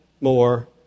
more